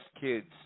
kids